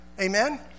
Amen